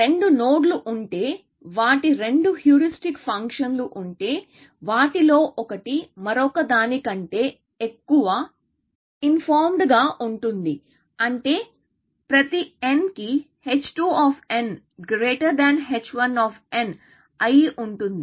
రెండు నోడ్లు ఉంటే వాటి రెండు హ్యూరిస్టిక్ ఫంక్షన్లు ఉంటే వాటిలో ఒకటి మరొకదాని కంటే ఎక్కువ ఇన్ఫోర్మ్డ్ గా ఉంటుంది అంటే ప్రతి n కి h2h1 అయి ఉంటుంది